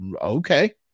Okay